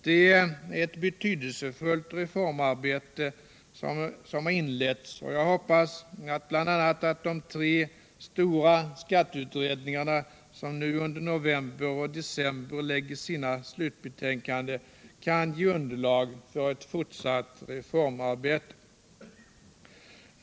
Det är ett betydelsefullt reformarbete som har inletts, och jag hoppas att de tre stora skatteutredningarna, som nu under november och december lägger fram sina slutbetänkanden, kan ge underlag för ett fortsatt reformarbete.